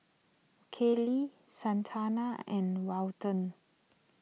Kaylie Santana and Welton